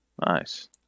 Nice